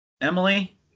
Emily